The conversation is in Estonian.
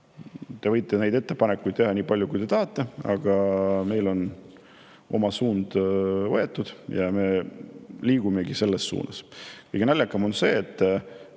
te võite neid ettepanekuid teha nii palju, kui te tahate, aga meil on oma suund võetud ja me liigumegi selles suunas. Kõige [kurvem] on see, et